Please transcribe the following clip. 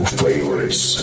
favorites